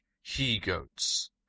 he-goats